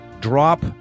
drop